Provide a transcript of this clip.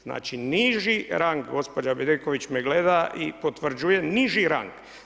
Znači, niži rang, gospođa Bedeković me gleda i potvrđuje, niži rang.